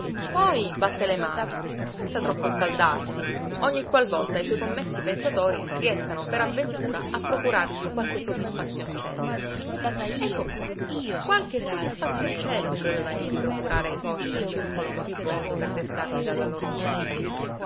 poi batte le mani senza troppo scaldarsi ogni qual volta i suoi commessi pensatori riescano per avventura a procurargli qualche soddisfazioncella ecco qua qualche soddisfazioncella doveva egli procurare ai socii del circolo moribondo per destarli dalla loro morosità